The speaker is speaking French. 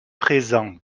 présents